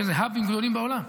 האבים מהגדולים בעולם.